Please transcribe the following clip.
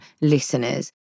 listeners